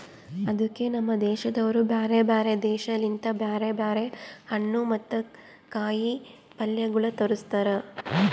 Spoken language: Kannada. ಅದುಕೆ ನಮ್ ದೇಶದವರು ಬ್ಯಾರೆ ಬ್ಯಾರೆ ದೇಶ ಲಿಂತ್ ಬ್ಯಾರೆ ಬ್ಯಾರೆ ಹಣ್ಣು ಮತ್ತ ಕಾಯಿ ಪಲ್ಯಗೊಳ್ ತರುಸ್ತಾರ್